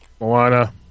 Moana